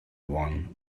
one